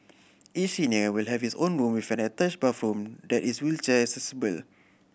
each senior will have his own room with an attached bathroom that is wheelchair accessible